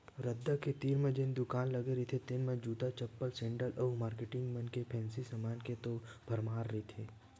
रद्दा के तीर म जेन दुकान लगे रहिथे तेन म जूता, चप्पल, सेंडिल अउ मारकेटिंग मन के फेंसी समान के तो भरमार रहिथे